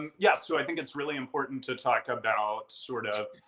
yeah. so i think it's really important to talk about sort of